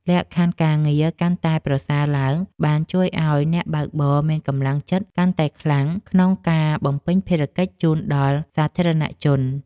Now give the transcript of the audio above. លក្ខខណ្ឌការងារកាន់តែប្រសើរឡើងបានជួយឱ្យអ្នកបើកបរមានកម្លាំងចិត្តកាន់តែខ្លាំងក្នុងការបំពេញភារកិច្ចជូនដល់សាធារណជន។